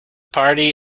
party